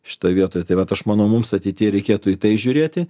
šitoj vietoj tai vat aš manau mums ateityje reikėtų į tai žiūrėti